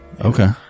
Okay